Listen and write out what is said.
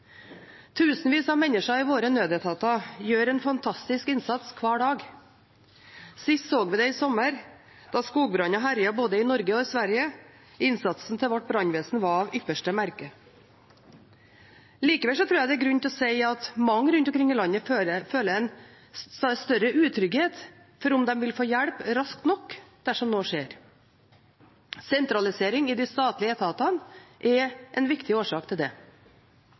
Tusenvis av mennesker i våre nødetater gjør en fantastisk innsats hver dag. Sist så vi det i sommer, da skogbranner herjet både i Norge og i Sverige. Innsatsen til vårt brannvesen var av ypperste merke. Likevel tror jeg det er grunn til å si at mange rundt omkring i landet føler en større utrygghet for om de vil få hjelp raskt nok dersom noe skjer. Sentralisering i de statlige etatene er en viktig årsak til det.